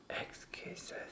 Excuses